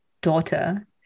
daughter